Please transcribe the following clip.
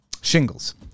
shingles